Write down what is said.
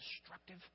destructive